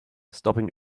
stopping